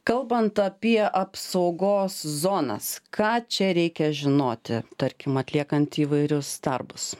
kalbant apie apsaugos zonas ką čia reikia žinoti tarkim atliekant įvairius darbus